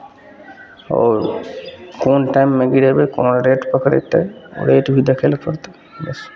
आओर कोन टाइममे गिरयबै कोन रेट पकड़यतै रेट भी देखय लए पड़तै बस